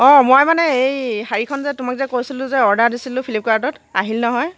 অঁ মই মানে এই শাৰীখন যে তোমাক যে কৈছিলোঁ যে অৰ্ডাৰ দিছিলোঁ ফ্লিপকাৰ্টত আহিল নহয়